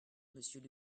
monsieur